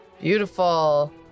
Beautiful